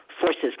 forces